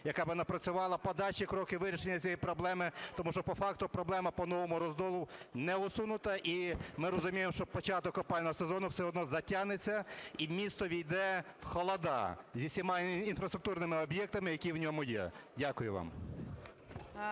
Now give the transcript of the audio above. яка би напрацювала подальші кроки вирішення цієї проблеми, тому що по факту проблема по Новому Роздолу не усунута, і ми розуміємо, що початок опалювального сезону все одно затягнеться, і місто ввійде в холоди зі всіма інфраструктурними об'єктами, які в ньому є. Дякую вам.